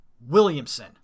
Williamson